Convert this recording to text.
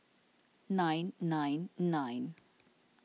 nine nine nine